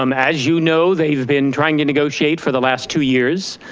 um as you know they've been trying to negotiate for the last two years,